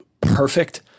perfect